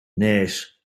nes